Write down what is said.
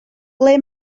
ble